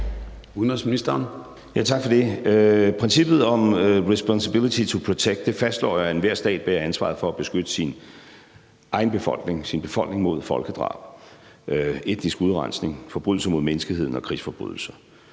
Rasmussen): Tak for det. Princippet om Responsibility to Protect fastslår, at enhver stat bærer ansvaret for at beskytte sin egen befolkning mod folkedrab, etnisk udrensning, forbrydelser mod menneskeheden og krigsforbrydelser.